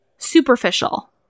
Superficial